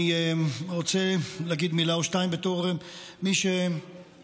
אני רוצה להגיד מילה או שתיים בתור מי שעסק